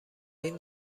این